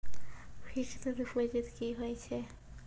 Fixed deposit की होय छै?